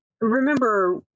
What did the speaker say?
remember